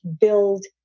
build